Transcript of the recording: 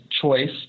choice